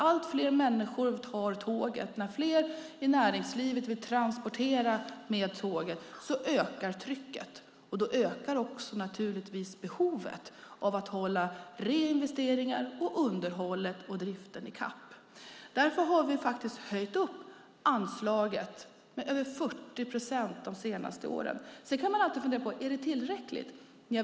Allt fler människor tar tåget och fler inom näringslivet vill transportera med tåget. Då ökar trycket. Då ökar också naturligtvis behovet av att reinvesteringar, underhåll och drift kommer i kapp. Därför har vi höjt anslaget med över 40 procent de senaste åren. Sedan kan man alltid fundera på om det är tillräckligt.